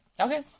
Okay